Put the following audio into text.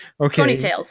okay